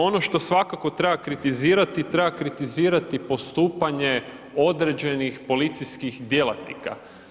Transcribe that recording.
Ono što svakako treba kritizirati, treba kritizirati postupanje određenih policijskih djelatnika.